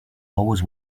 always